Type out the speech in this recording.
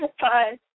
Bye